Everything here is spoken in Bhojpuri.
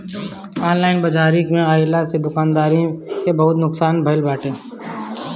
ऑनलाइन बाजारी के आइला से दुकानदारी के बहुते नुकसान भईल बाटे